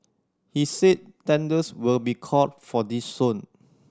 he said tenders will be called for this soon